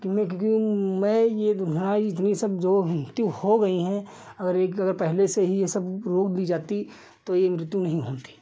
कि क्योंकि मैं यह दुर्घटना इतनी सब जो मृत्यु हो गई है अगर एक अगर पहले से ही यह सब रोक दी जाती तो यह मृत्यु नहीं होती